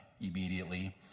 immediately